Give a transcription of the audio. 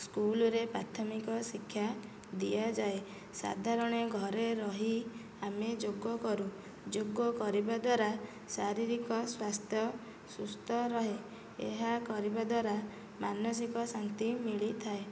ସ୍କୁଲରେ ପ୍ରାଥମିକ ଶିକ୍ଷା ଦିଆଯାଏ ସାଧାରଣ ଘରେ ରହି ଆମେ ଯୋଗ କରୁ ଯୋଗ କରିବା ଦ୍ୱାରା ଶାରୀରିକ ସ୍ୱାସ୍ଥ୍ୟ ସୁସ୍ଥ ରହେ ଏହା କରିବା ଦ୍ୱାରା ମାନସିକ ଶାନ୍ତି ମିଳିଥାଏ